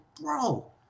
bro